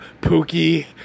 Pookie